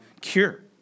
cure